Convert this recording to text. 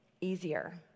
easier